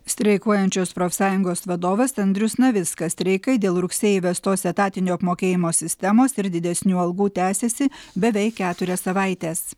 streikuojančios profsąjungos vadovas andrius navickas streikai dėl rugsėjį įvestos etatinio apmokėjimo sistemos ir didesnių algų tęsiasi beveik keturias savaites